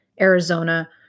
Arizona